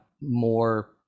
more